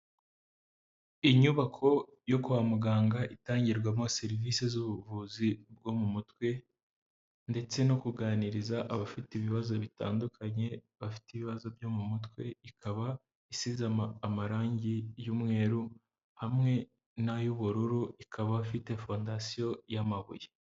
Inyubako yo kwa muganga, itangirwamo serivisi z'ubuvuzi bwo mu mutwe ndetse no kuganiriza abafite ibibazo bitandukanye, bafite ibibazo byo mu mutwe, ikaba isize amarangi y'umweru, hamwe n'ay'ubururu, ikaba ifite fondasiyo y'amabuye.